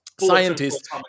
Scientists